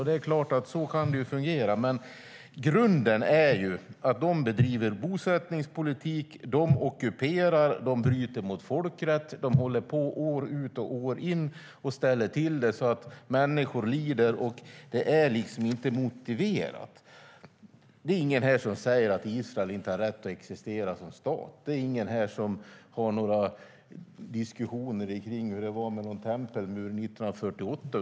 Så kan det förstås fungera, men i grunden handlar det om att de bedriver bosättningspolitik, de ockuperar, de bryter mot folkrätten, de håller på år ut och år in och ställer till det så att människor får lida. Det är inte motiverat. Det är ingen här som säger att Israel inte har rätt att existera som stat. Det är ingen här som för diskussioner om hur det var med någon tempelmur 1948.